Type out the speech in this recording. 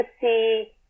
see